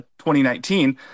2019